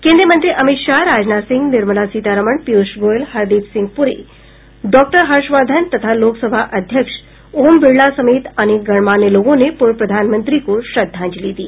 केन्द्रीय मंत्री अमित शाह राजनाथ सिंह निर्मला सीतारामन पीयूष गोयल हरदीप सिंह पुरी डॉक्टर हर्षवर्धन तथा लोकसभा अध्यक्ष ओम बिड़ला समेत अनेक गणमान्य लोगों ने पूर्व प्रधानमंत्री को श्रद्धांजलि दी